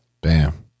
Bam